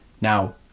Now